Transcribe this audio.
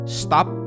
stop